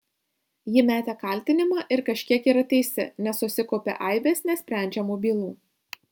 ji metė kaltinimą ir kažkiek yra teisi nes susikaupė aibės nesprendžiamų bylų